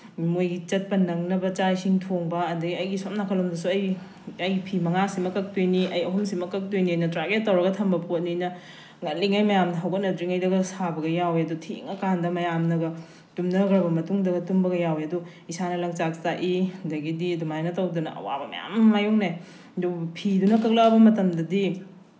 ꯃꯣꯏꯒꯤ ꯆꯠꯄ ꯅꯪꯅꯕ ꯆꯥꯛ ꯏꯁꯤꯡ ꯊꯣꯡꯕ ꯑꯗꯩ ꯑꯩꯒꯤ ꯁꯣꯝ ꯅꯥꯀꯜꯂꯣꯝꯗꯁꯨ ꯑꯩ ꯑꯩ ꯐꯤ ꯃꯉꯥ ꯁꯤꯃ ꯀꯛꯇꯣꯏꯅꯤ ꯑꯩ ꯑꯍꯨꯝꯁꯤꯃ ꯀꯛꯇꯣꯏꯅꯤꯅ ꯇ꯭ꯔꯥꯏꯒꯦꯠ ꯇꯧꯔꯒ ꯊꯝꯕ ꯄꯣꯠꯅꯤꯅ ꯉꯜꯂꯤꯉꯩ ꯃꯌꯥꯝꯅ ꯍꯧꯒꯠꯅꯗ꯭ꯔꯤꯉꯩꯗꯒ ꯁꯥꯕꯒ ꯌꯥꯎꯑꯦ ꯑꯗꯨ ꯊꯦꯡꯉꯀꯥꯟꯗ ꯃꯌꯥꯝꯅꯒ ꯇꯨꯝꯅꯈ꯭ꯔꯕ ꯃꯇꯨꯡꯗꯒ ꯇꯨꯝꯕꯒ ꯌꯥꯎꯑꯦ ꯑꯗꯨ ꯏꯁꯥꯅ ꯂꯪꯆꯥꯛ ꯆꯥꯛꯏ ꯑꯗꯒꯤꯗꯤ ꯑꯗꯨꯃꯥꯏꯅ ꯇꯧꯗꯅ ꯑꯋꯥꯕ ꯃꯌꯥꯝ ꯑꯃ ꯃꯥꯌꯣꯛꯅꯩ ꯑꯗꯨ ꯐꯤꯗꯨꯅ ꯀꯛꯂꯛꯑꯕ ꯃꯇꯝꯗꯗꯤ